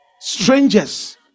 strangers